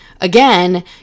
again